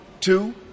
two